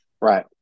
Right